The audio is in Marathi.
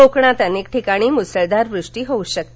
कोकणात अनेक ठिकाणी मुसळधार वृष्टी होऊ शकते